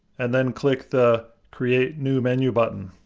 and then click the create new menu button.